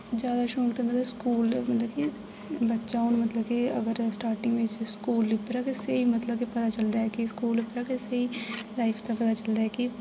जैदा शौंक ते मतलब कि स्कूल मतलब कि बच्चा हून मतलब कि अगर स्टार्टिंग च स्कूल उप्परा गै स्हेई मतलब कि पता चलदा कि स्कूल उप्परा गै स्हेई लाइफ का पता चलदा ऐ कि